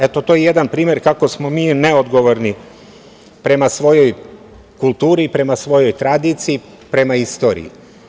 Eto, to je jedan primer kako smo mi neodgovorni prema svojoj kulturi, prema svojoj tradiciji, prema istoriji.